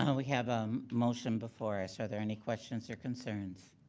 um we have a um motion before us. are there any questions or concerns?